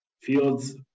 fields